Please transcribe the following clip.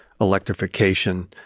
electrification